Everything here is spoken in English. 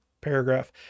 paragraph